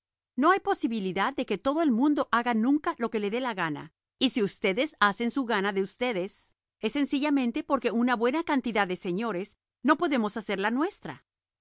no hay posibilidad de que todo el mundo haga nunca lo que le dé la gana y si ustedes hacen su gana de ustedes es sencillamente porque una buena cantidad de señores no podemos hacer la nuestra